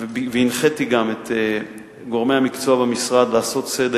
והנחיתי גם את גורמי המקצוע במשרד לעשות סדר